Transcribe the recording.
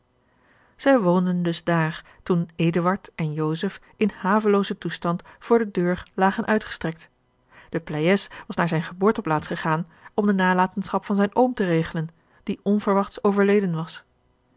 zij woonden dus daar toen eduard en joseph in haveloozen toestand voor de deur lagen uitgestrekt de pleyes was naar zijne geboorteplaats gegaan om de nalatenschap van zijn oom te regelen die onverwachts overleden was